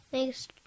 Thanks